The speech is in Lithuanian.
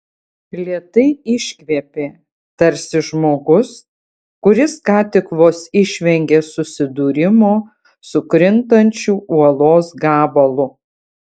lėtai iškvėpė tarsi žmogus kuris ką tik vos išvengė susidūrimo su krintančiu uolos gabalu